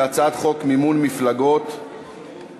להצעת חוק מימון מפלגות (תיקון,